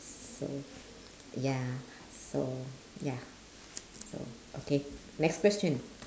so ya so ya so okay next question